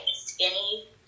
skinny